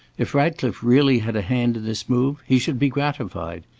if ratcliffe really had a hand in this move, he should be gratified.